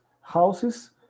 houses